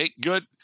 Good